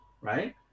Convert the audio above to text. Right